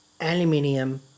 aluminium